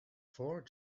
four